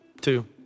Two